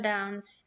Dance